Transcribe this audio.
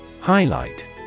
Highlight